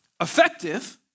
effective